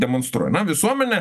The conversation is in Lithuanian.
demonstruoja na visuomenė